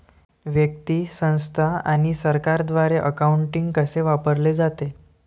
व्यक्ती, संस्था आणि सरकारद्वारे अकाउंटिंग कसे वापरले जाते